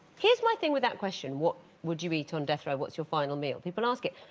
here's my thing with that question. what would you eat on death row? what's your final meal? people ask it.